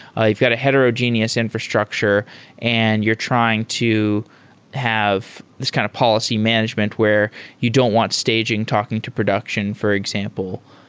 i've got a heterogeneous infrastructure and you're trying to have this kind of policy management where you don't want staging talking to production, for example.